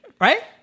Right